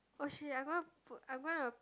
oh shit I'm gonna put I'm gonna